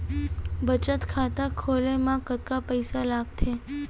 बचत खाता खोले मा कतका पइसा लागथे?